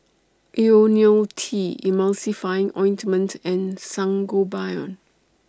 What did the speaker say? Ionil T Emulsying Ointment and Sangobion